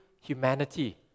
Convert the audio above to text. humanity